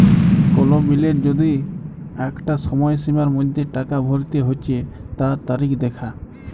কোল বিলের যদি আঁকটা সময়সীমার মধ্যে টাকা ভরতে হচ্যে তার তারিখ দ্যাখা